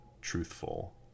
truthful